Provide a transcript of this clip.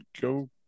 go